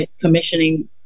commissioning